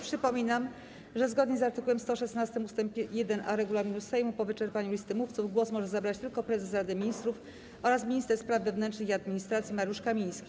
Przypominam, że zgodnie z art. 116 ust. 1a regulaminu Sejmu po wyczerpaniu listy mówców głos może zabrać tylko prezes Rady Ministrów oraz minister spraw wewnętrznych i administracji Mariusz Kamiński.